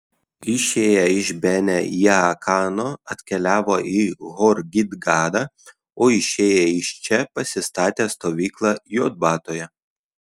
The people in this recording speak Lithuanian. išėję iš bene jaakano atkeliavo į hor gidgadą o išėję iš čia pasistatė stovyklą jotbatoje